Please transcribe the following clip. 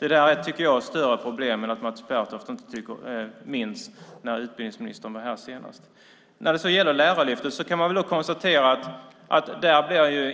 Allt detta är ett större problem än att Mats Pertoft inte minns när utbildningsministern var här senast. När det sedan gäller Lärarlyftet kan man konstatera att där är